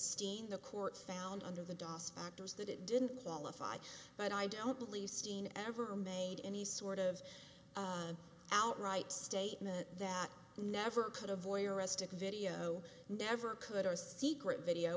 steen the courts found under the das factors that it didn't qualify but i don't believe steen ever made any sort of outright statement that never could have voyeuristic video never could or secret video